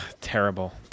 terrible